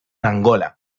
angola